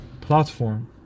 platform